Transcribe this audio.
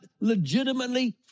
legitimately